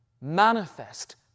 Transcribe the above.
manifest